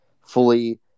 fully